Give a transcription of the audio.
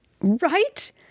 Right